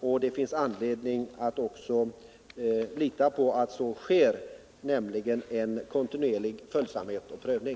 det. Det finns också anledning att lita på att det blir en kontinuerlig uppföljning och prövning.